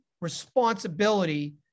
responsibility